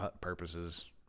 purposes